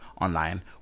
online